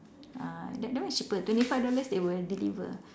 ah that that one is cheaper twenty five dollars they will deliver